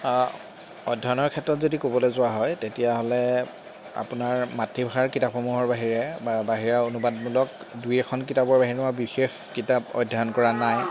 অধ্য়য়নৰ ক্ষেত্ৰত যদি ক'বলৈ যোৱা হয় তেতিয়াহ'লে আপোনাৰ মাতৃভাষাৰ কিতাপসমূহৰ বাহিৰে বা বাহিৰা অনুবাদমূলক দুই এখন কিতাপৰ বাহিৰে মই বিশেষ কিতাপ অধ্যয়ন কৰা নাই